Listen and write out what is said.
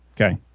Okay